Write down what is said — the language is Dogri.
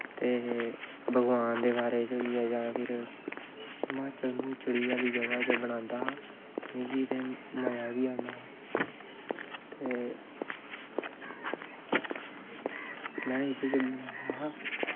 ते भगवान दे बारे च होइया जां फिर हिमाचल हमूचल एह् जेहियां जगाह् बनांदा हा मिगी ते मजा बी आंदा हा में इद्धर ते